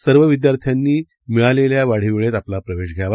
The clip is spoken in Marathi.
सर्व विद्यार्थ्यांनी मिळालेल्या वाढीव वेळेत आपला प्रवेश घ्यावा